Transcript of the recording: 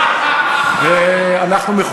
זה היה טוב, זה היה טוב, אריה.